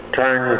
turn